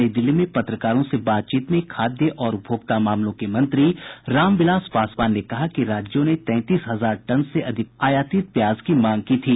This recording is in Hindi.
आज नई दिल्ली में पत्रकारों से बातचीत में खाद्य और उपभोक्ता मामलों के मंत्री राम विलास पासवान ने कहा कि राज्यों ने तैंतीस हजार टन से अधिक आयातित प्याज की मांग की थी